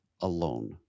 alone